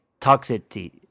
Toxicity